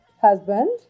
husband